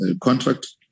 contract